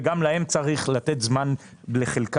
וגם לחלקם צריך לתת זמן להבשיל.